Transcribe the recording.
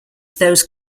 those